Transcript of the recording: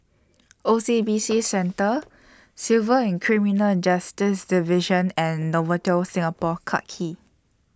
O C B C Centre Civil and Criminal and Justice Division and Novotel Singapore Clarke Quay